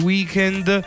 Weekend